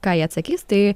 ką jie atsakys tai